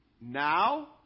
now